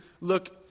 look